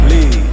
Lead